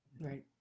Right